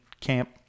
camp